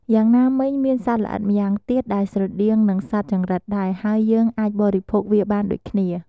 យ៉ាងណាមិញ មានសត្វល្អិតម្យ៉ាងទៀតដែលស្រដៀងនឹងសត្វចង្រិតដែរ ហើយយើងអាចបរិភោគវាបានដូចគ្នា។